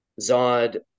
Zod